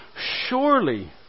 Surely